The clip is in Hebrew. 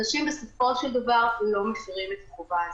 אנשים בסופו של דבר לא מפרים את ההוראה הזאת.